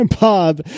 Bob